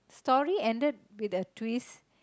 story ended with a twist